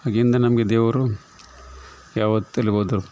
ಆಗಿಂದ ನಮಗೆ ದೇವರು ಯಾವತ್ತೂ ಅಲ್ಲಿಗೆ ಹೋದ್ರು